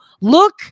look